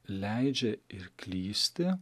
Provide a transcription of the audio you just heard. leidžia ir klysti